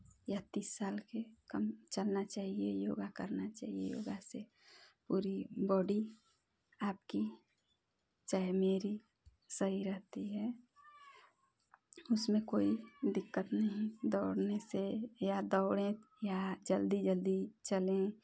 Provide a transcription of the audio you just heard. या तीस साल के कम चलना चाहिए योगा करना चाहिए योगा से पूरी बॉडी आपकी चाहे मेरी सही रहती है उसमें कोई दिक़्क़त नहीं दौड़ने से या दौड़ें या जल्दी जल्दी चलें